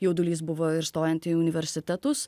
jaudulys buvo ir stojant į universitetus